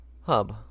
Hub